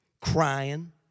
crying